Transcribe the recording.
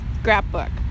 scrapbook